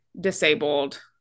disabled